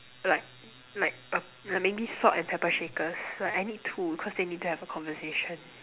like like uh maybe salt and pepper shakers like I need two cause they need to have a conversation